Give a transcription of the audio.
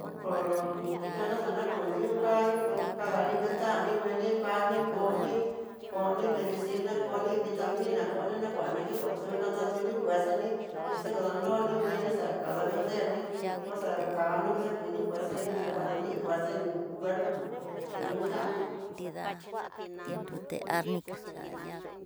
Por yana xaniku ndiuka ni kadani alimentar ni ngueni, kani koni koni medicina koni vitamina, koniná kuana nakuna kikotuna natuni fuerzani, naxa kadanroni ngueni xakada vencerni cosa kano kuxakuini fuerza ña dakuanani iin fuerza cuerpo no ihóxhana.